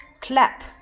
clap